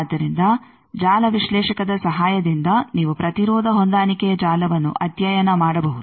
ಆದ್ದರಿಂದ ಜಾಲ ವಿಶ್ಲೇಷಕದ ಸಹಾಯದಿಂದ ನೀವು ಪ್ರತಿರೋಧ ಹೊಂದಾಣಿಕೆಯ ಜಾಲವನ್ನು ಅಧ್ಯಯನ ಮಾಡಬಹುದು